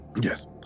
yes